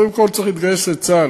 קודם כול, צריך להתגייס לצה"ל.